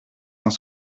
cent